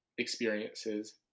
Experiences